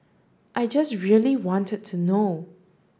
I just really wanted to know